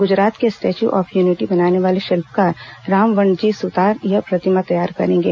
गुजरात में statue of unity बनाने वाले शिल्पकार रामवणजी सुतार यह प्रतिमा तैयार करेंगे